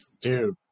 Dude